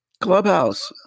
Clubhouse